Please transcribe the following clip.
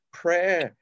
prayer